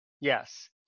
Yes